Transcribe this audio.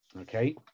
Okay